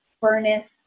furnace